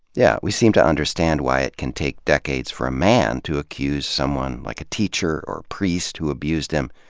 yeah. we seem to understand why it can take decades for a man to accuse someone like a teacher or priest who abused him,